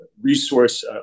resource